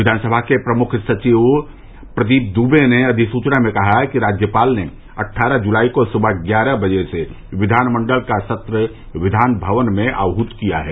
विधानसभा के प्रमुख सचिव प्रदीप दुवे ने अधिसूचना में कहा है कि राज्यपाल ने अट्ठारह जुलाई को सुबह ग्यारह बजे से विधानमंडल का सत्र विधान भवन में आहूत किया है